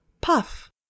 puff